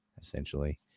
essentially